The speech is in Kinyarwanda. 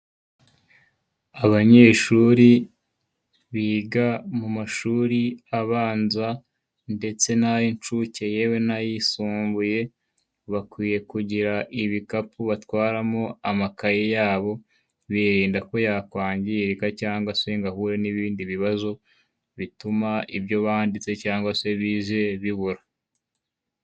Abanyeshuri biga mu mashuri abanza ndetse n'ay'inshuke yewe n'ayisumbuye, bakwiye kugira ibikapu batwaramo amakayi yabo, birinda ko yakwangirika cyangwa se ngo ahure n'ibindi bibazo bituma ibyo banditse cyangwa se bize bibura.